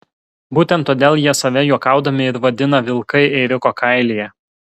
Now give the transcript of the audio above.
būtent todėl jie save juokaudami ir vadina vilkai ėriuko kailyje